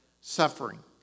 suffering